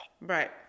Right